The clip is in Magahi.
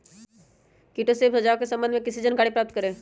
किटो से बचाव के सम्वन्ध में किसी जानकारी प्राप्त करें?